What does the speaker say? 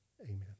Amen